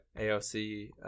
AOC